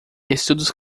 estudos